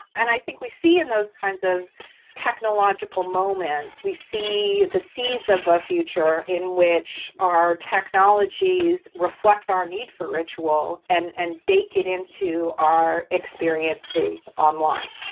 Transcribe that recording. and i think we see in those kinds of technological moments, we see the seeds of a future in which our technologies reflect our need for ritual and and bake it into our experiences online.